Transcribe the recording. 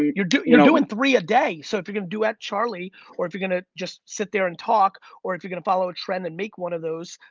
you're doin' you know and three a day, so if you're gonna duet charli or if you're gonna just sit there and talk or if you're gonna follow a trend and make one of those,